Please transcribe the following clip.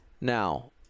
now